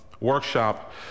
workshop